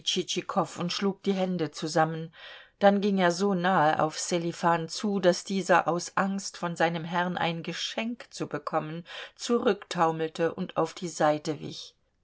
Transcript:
und schlug die hände zusammen dann ging er so nahe auf sselifan zu daß dieser aus angst von seinem herrn ein geschenk zu bekommen zurücktaumelte und auf die seite wich